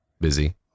busy